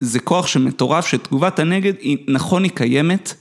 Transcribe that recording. זה כוח שמטורף שתגובת הנגד, נכון היא קיימת,